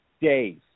days